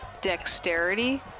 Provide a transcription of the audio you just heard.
dexterity